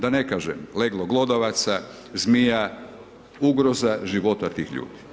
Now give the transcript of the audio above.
Da ne kažem leglo glodavaca, zmija, ugroza života tih ljudi.